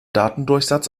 datendurchsatz